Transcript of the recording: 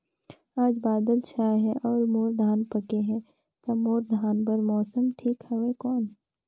आज बादल छाय हे अउर मोर धान पके हे ता मोर धान बार मौसम ठीक हवय कौन?